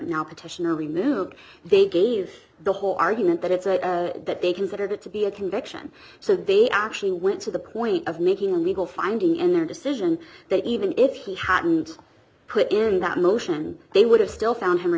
now petitioner removed they gave the whole argument that it's a that they considered it to be a conviction so they actually went to the point of making a legal finding in their decision that even if he had put in that motion they would have still found